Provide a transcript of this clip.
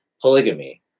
polygamy